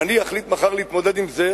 אם אני אחליט מחר להתמודד עם זה,